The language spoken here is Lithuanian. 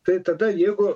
tai tada jeigu